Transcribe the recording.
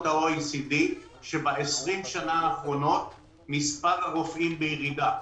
ה-OECD שב-20 השנים האחרונות מספר הרופאים בה בירידה.